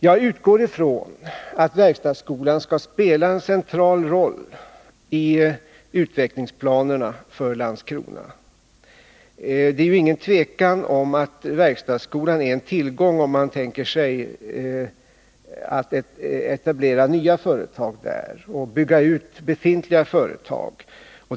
Jag utgår från att verkstadsskolan skall spela en central roll i utvecklingsplanerna för Landskrona. Det råder ju inget tvivel om att verkstadsskolan är en tillgång om man tänker sig att etablera nya företag där och bygga ut befintliga företag.